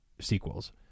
sequels